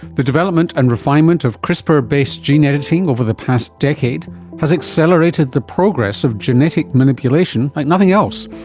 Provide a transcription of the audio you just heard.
the development and refinement of crispr based gene editing over the past decade has accelerated the progress of genetic manipulation like nothing else,